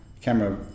camera